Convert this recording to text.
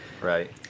Right